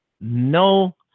no